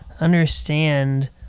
understand